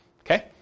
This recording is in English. Okay